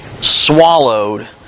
swallowed